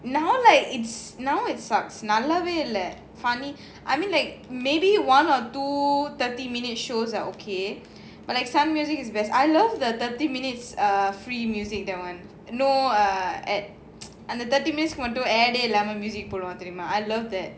now like it's now it sucks நல்லாவேஇல்ல:nallave illa funny I mean like maybe one or two thirty minutes shows are okay but like sun music is best I love the thirty minutes err free music that one no err அந்த:andha thirty minutes மட்டும்:mattum music போடணும்:podanum I love that